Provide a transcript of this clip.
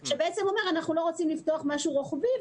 שאומר: אנחנו לא רוצים לפתוח משהו רוחבי,